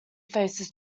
faces